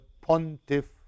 Pontiff